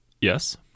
Yes